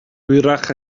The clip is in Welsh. hwyrach